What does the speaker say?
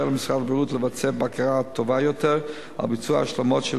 למשרד הבריאות לבצע בקרה טובה יותר על ביצוע השלמות של